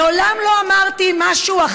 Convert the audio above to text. אני עושה?